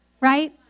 right